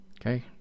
Okay